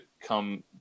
come